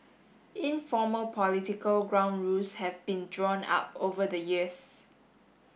informal political ground rules have been drawn up over the years